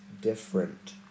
different